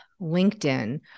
LinkedIn